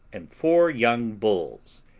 and four young bulls,